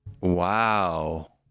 Wow